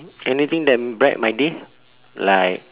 anything that will bright my day like